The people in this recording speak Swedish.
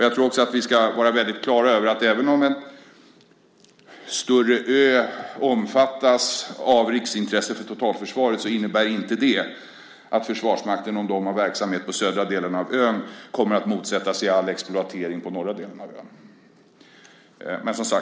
Jag tror också att vi ska vara väldigt klara över att även om en större ö omfattas av riksintresse för totalförsvaret innebär det inte att Försvarsmakten, om de har verksamhet på den södra delen av ön, kommer att motsätta sig all exploatering på den norra delen av ön.